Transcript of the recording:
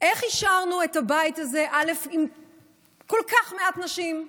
את הבית הזה עם כל כך מעט נשים?